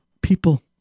People